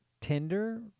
Tinder